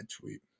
tweet